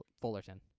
Fullerton